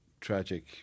tragic